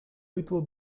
little